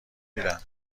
میدم